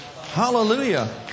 Hallelujah